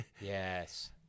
Yes